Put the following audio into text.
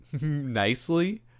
nicely